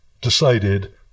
decided